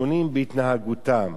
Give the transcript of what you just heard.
שונים בהתנהגותם.